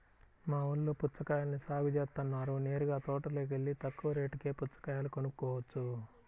మా ఊల్లో పుచ్చకాయల్ని సాగు జేత్తన్నారు నేరుగా తోటలోకెల్లి తక్కువ రేటుకే పుచ్చకాయలు కొనుక్కోవచ్చు